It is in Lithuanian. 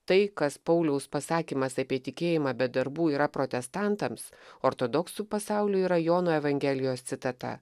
tai kas pauliaus pasakymas apie tikėjimą be darbų yra protestantams ortodoksų pasauliui yra jono evangelijos citata